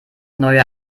neue